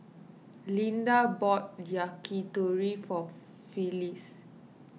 Linda bought Yakitori for Phyllis